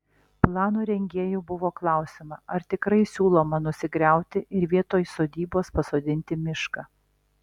plano rengėjų buvo klausiama ar tikrai siūloma nusigriauti ir vietoj sodybos pasodinti mišką